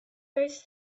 those